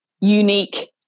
unique